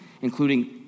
including